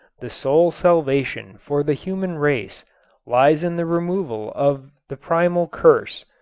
the sole salvation for the human race lies in the removal of the primal curse,